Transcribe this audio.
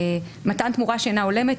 מתן תמורה שאינה הולמת.